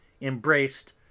Embraced